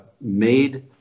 made